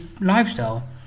lifestyle